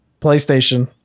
PlayStation